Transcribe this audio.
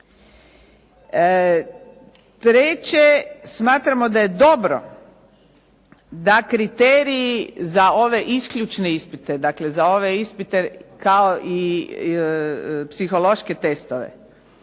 Treće, smatramo da je dobro da kriteriji za ove isključne ispite, za ove ispite kao i psihološke testove